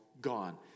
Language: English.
gone